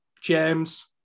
James